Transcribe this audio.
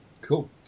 Cool